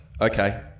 okay